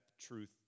truth